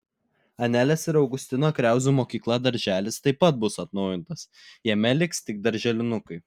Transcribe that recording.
anelės ir augustino kriauzų mokykla darželis taip pat bus atnaujintas jame liks tik darželinukai